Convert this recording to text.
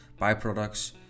byproducts